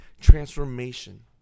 transformation